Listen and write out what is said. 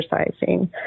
exercising